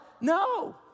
No